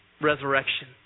resurrection